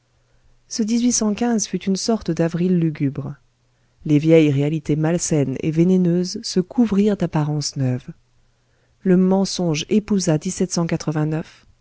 ce fut une sorte d'avril lugubre les vieilles réalités malsaines et vénéneuses se couvrirent d'apparences neuves le mensonge épousa